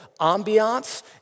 ambiance